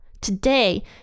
Today